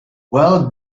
well